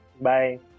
Bye